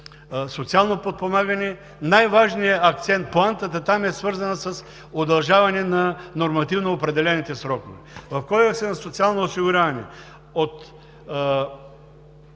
социално подпомагане най-важният акцент, поантата там е свързана с удължаване на нормативно опредените срокове. В Кодекса на социално осигуряване от